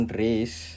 race